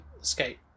escape